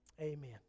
Amen